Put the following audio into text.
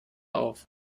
auf